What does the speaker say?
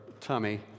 tummy